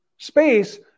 Space